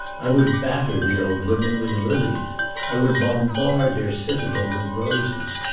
i would batter the old women with lilies i would bombard their citadel with roses.